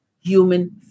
human